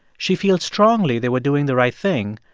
she feels strongly they were doing the right thing,